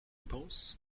penses